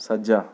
ਸੱਜਾ